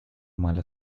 mala